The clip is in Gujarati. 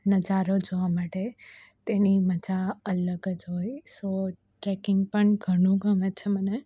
નજારો જોવા માટે તેની મજા અલગ જ હોય સો ટ્રેકિંગ પણ ઘણું ગમે છે મને